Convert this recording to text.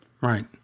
Right